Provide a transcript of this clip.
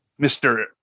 Mr